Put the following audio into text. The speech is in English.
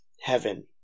heaven